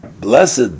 blessed